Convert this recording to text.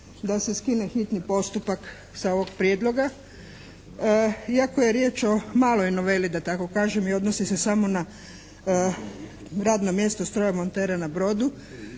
da se skine hitni postupak sa ovog Prijedloga. Iako je riječ o maloj noveli da tako kažem i odnosi se samo na radno mjesto strojomontera na brodu